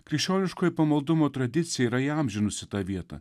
krikščioniškojo pamaldumo tradicija yra įamžinusi tą vietą